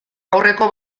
aurreko